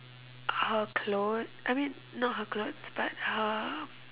her clothes I mean not her clothes but her